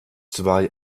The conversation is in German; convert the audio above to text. zwei